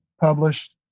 published